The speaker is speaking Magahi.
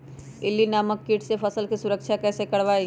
इल्ली नामक किट से फसल के सुरक्षा कैसे करवाईं?